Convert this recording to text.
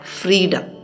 freedom